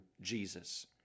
Jesus